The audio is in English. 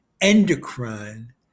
endocrine